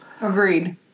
Agreed